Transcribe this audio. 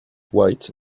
white